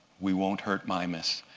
we won't hurt mimus.